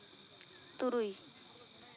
ᱛᱩᱨᱩᱭ